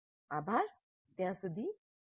આભાર ત્યાં સુધી અલવિદા